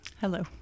Hello